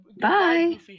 bye